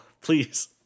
please